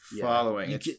following